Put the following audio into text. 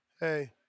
hey